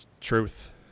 truth